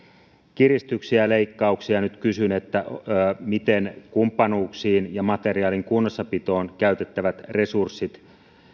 kiristyksiä ja leikkauksia nyt kysyn miten kumppanuuksiin ja materiaalin kunnossapitoon käytettävät resurssit